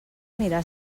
mirar